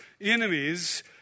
enemies